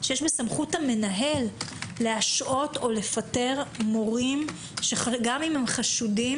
שיש בסמכות המנהל להשעות או לפטר מורים שגם אם הם חשודים